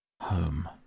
Home